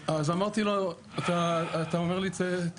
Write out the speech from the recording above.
סליחה שאני אומר, מה שאתם מדברים פה זה קשקוש.